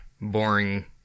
boring